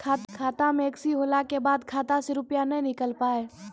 खाता मे एकशी होला के बाद खाता से रुपिया ने निकल पाए?